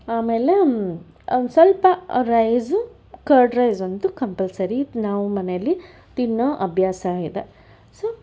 ಆಮೇಲೆ ಒಂದು ಸ್ವಲ್ಪ ರೈಸು ಕರ್ಡ್ ರೈಸ್ ಒಂದು ಕಂಪಲ್ಸರಿ ನಾವು ಮನೆಯಲ್ಲಿ ತಿನ್ನೋ ಅಭ್ಯಾಸವಿದೆ ಸೊ